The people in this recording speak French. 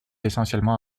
essentiellement